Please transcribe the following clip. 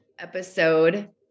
episode